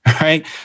Right